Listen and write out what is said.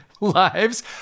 lives